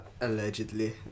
allegedly